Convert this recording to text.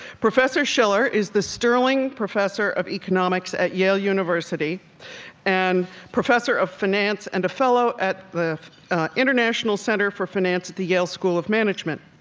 professor shiller is the sterling professor of economics at yale university and professor of finance and a fellow at the international center for finance at the yale school of management.